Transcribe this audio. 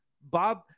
Bob